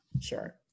sure